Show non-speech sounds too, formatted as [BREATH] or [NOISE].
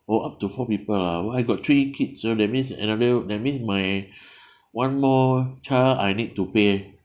oh up to four people ah well I got three kids so that means another that means my [BREATH] one more child I need to pay